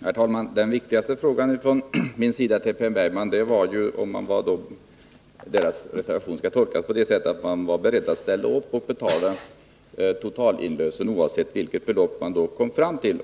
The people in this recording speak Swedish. Herr talman! Min viktigaste fråga till Per Bergman var ju om reservationen skall tolkas på det sättet att man var beredd att betala totalinlösen, oavsett vilket belopp man kom fram till.